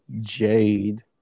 Jade